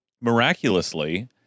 Miraculously